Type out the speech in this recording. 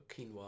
Quinoa